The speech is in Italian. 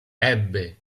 ebbe